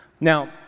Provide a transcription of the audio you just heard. Now